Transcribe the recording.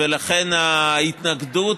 ולכן ההתנגדות,